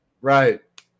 right